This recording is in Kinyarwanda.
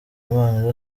impano